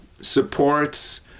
supports